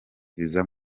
visa